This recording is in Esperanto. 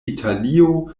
italio